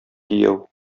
кияү